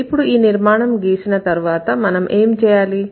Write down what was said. ఇప్పుడు ఈ నిర్మాణం గీసిన తరువాత మనం ఏమి చేయాలి